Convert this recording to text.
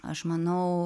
aš manau